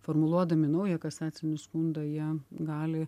formuluodami naują kasacinį skundą jie gali